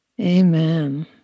Amen